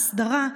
ההסדרה,